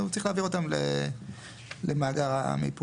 הוא צריך להעביר אותם למאגר המיפוי.